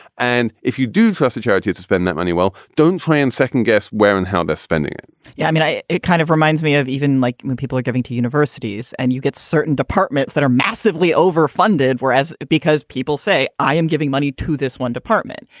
and if you do trust a charity to spend that money, well, don't try and second guess where and how they're spending it yeah. i mean i it kind of reminds me of even like when people are giving to universities and you get certain departments that are massively overfunded, whereas because people say, i am giving money to this one department.